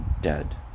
dead